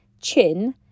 chin